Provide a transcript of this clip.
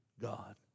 God